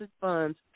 funds